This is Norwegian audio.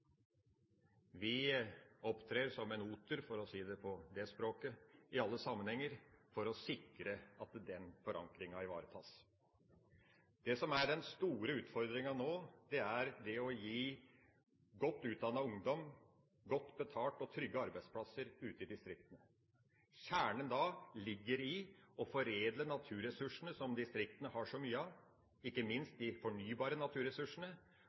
Vi opptrer som en oter, for å si det på det språket, i alle sammenhenger for å sikre at den forankringa ivaretas. Det som er den store utfordringa nå, er å gi godt utdannet ungdom godt betalt arbeid og trygge arbeidsplasser ute i distriktene. Kjernen ligger i å foredle naturressursene som distriktene har så mye av, ikke minst de fornybare naturressursene,